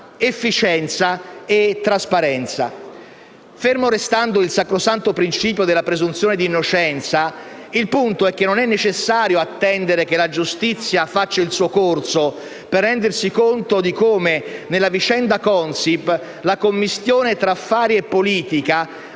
efficienza e trasparenza. Fermo restando il sacrosanto principio della presunzione d'innocenza, il punto è che non è necessario attendere che la giustizia faccia il suo corso per rendersi conto di come, nella vicenda Consip, la commistione tra affari e politica